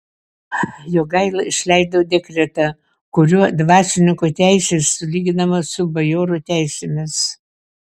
jogaila išleido dekretą kuriuo dvasininkų teisės sulyginamos su bajorų teisėmis